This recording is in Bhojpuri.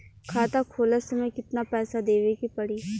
खाता खोलत समय कितना पैसा देवे के पड़ी?